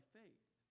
faith